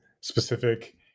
specific